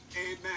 amen